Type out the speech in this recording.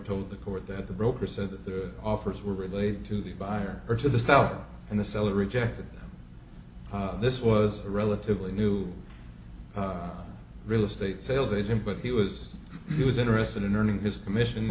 told the court that the broker said that the offers were relayed to the buyer or to the seller and the seller rejected this was relatively new real estate sales agent but he was he was interested in earning his commission